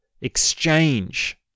exchange